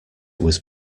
was